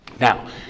Now